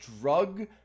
drug